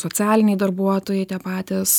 socialiniai darbuotojai tie patys